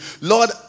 Lord